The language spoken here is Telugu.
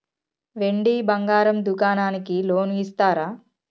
వెండి బంగారం దుకాణానికి లోన్ ఇస్తారా?